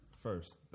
First